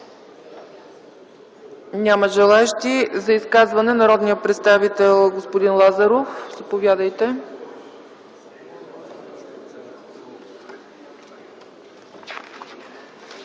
Няма желаещи. За изказване – народният представител господин Лазаров. Заповядайте.